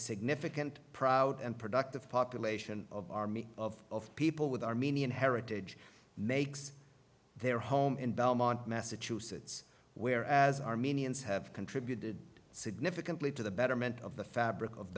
significant proud and productive population of army of people with armenian heritage makes their home in belmont massachusetts where as armenians have contributed significantly to the betterment of the fabric of